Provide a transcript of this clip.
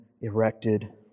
erected